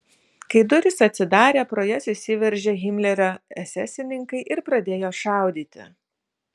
kai durys atsidarė pro jas įsiveržė himlerio esesininkai ir pradėjo šaudyti